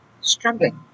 Struggling